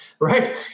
right